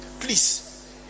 please